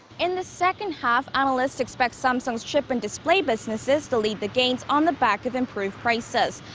and the second half, analysts expect samsung's chip and display businesses to lead the gains. on the back of improved prices.